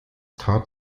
tat